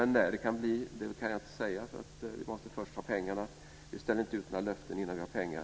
Men när det kan bli kan jag inte säga, för vi måste först ha pengarna. Vi ställer inte ut några löften innan vi har pengar.